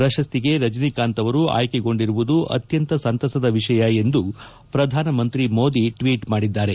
ಪ್ರಶಸ್ತಿಗೆ ರಜನಿಕಾಂತ್ ಅವರು ಅಯ್ಕೆಗೊಂಡಿರುವುದು ಅತ್ಕಂತ ಸಂತಸದ ವಿಷಯ ಎಂದು ಪ್ರಧಾನಮಂತ್ರಿ ಮೋದಿ ಟ್ವೀಟ್ ಮಾಡಿದ್ದಾರೆ